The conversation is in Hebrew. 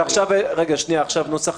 נעשה את זה כל הלילה עד שנגמור,